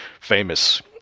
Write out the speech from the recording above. famous